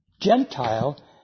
Gentile